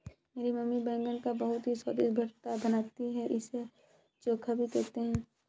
मेरी मम्मी बैगन का बहुत ही स्वादिष्ट भुर्ता बनाती है इसे चोखा भी कहते हैं